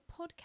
podcast